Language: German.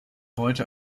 heute